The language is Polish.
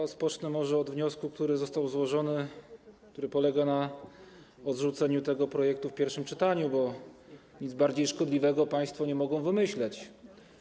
Rozpocznę może od wniosku, który został złożony, który polega na odrzuceniu tego projektu w drugim czytaniu, bo nic bardziej szkodliwego państwo nie mogą wymyślić.